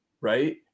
Right